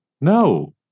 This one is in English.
No